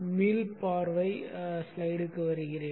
மீள்பார்வை ஸ்லைடிற்கு வருகிறேன்